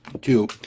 Two